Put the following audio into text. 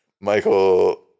Michael